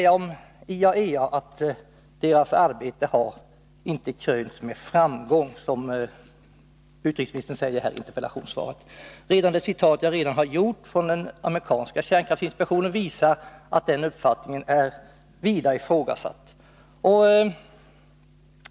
IAEA:s arbete har inte krönts med framgång, vilket utrikesministern påstår i interpellationssvaret. Redan det citat som jag har gjort från den amerikanska kärnkraftsinspektionen visar att den uppfattningen är ifrågasatt.